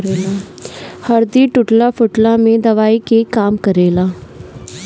हरदी टूटला फुटला में दवाई के काम करेला